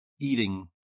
eating